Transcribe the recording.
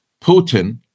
putin